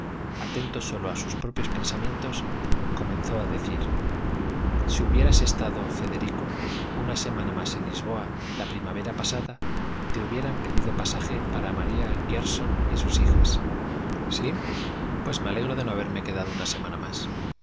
atento sólo a sus propios pensamientos comenzó a decir si hubieras estado federico una semana más en lisboa la primavera pasada te hubieran pedido pasaje para maría griersón y sus hijas sí pues me alegro de no haberme quedado una semana más